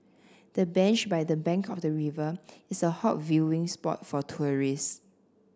the bench by the bank of the river is a hot viewing spot for tourists